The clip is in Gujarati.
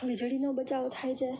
વીજળીનો બચાવ થઈ જાય